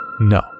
No